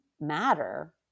matter